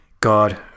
God